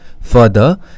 Further